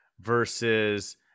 versus